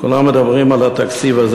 כולם מדברים על התקציב הזה,